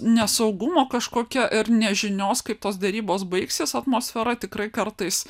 nesaugumo kažkokia ir nežinios kaip tos derybos baigsis atmosfera tikrai kartais